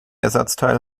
ersatzteil